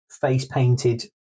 face-painted